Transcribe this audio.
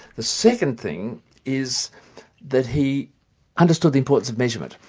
the second thing is that he understood the importance of measurement,